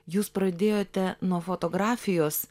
jūs pradėjote nuo fotografijos